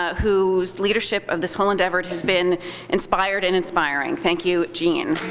whose leadership of this whole endeavor has been inspired and inspiring. thank you, jean.